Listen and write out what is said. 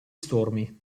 stormi